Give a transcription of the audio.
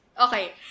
Okay